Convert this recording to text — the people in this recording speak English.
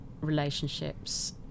relationships